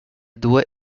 due